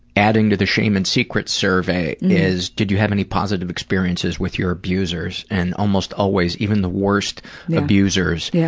adding to the shame and secrets survey is did you have any positive experiences with your abusers? and almost always, even the worst abusers, yeah